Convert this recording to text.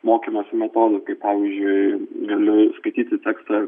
mokymosi metodų kaip pavyzdžiui galiu skaityti tekstą